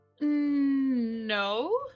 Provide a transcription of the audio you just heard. No